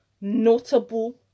notable